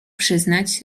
przyznać